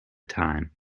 time